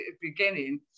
beginning